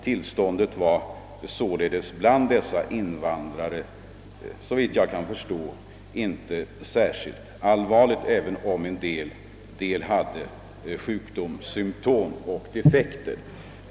Tillståndet bland dessa invandrare var således, såvitt jag kan förstå, inte särskilt allvarligt även om somliga hade sjukdomssymtom och defekter.